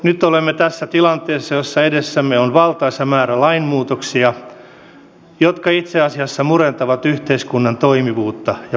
nyt olemme tässä tilanteessa jossa edessämme on valtaisa määrä lainmuutoksia jotka itse asiassa murentavat yhteiskunnan toimivuutta ja vastuujakoa